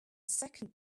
second